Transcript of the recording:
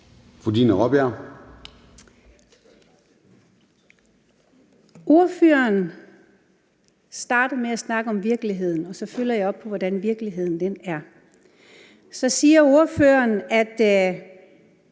Ordføreren starter med at snakke om virkeligheden, og så følger jeg op på, hvordan virkeligheden er. Så siger ordføreren –